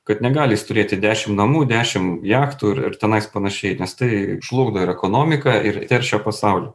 kad negali jis turėti dešim namų dešim jachtų ir ir tenais panašiai nes tai žlugdo ir ekonomiką ir teršia pasaulį